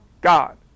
God